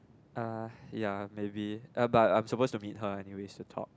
uh ya maybe uh but I'm supposed to meet her anyway to talk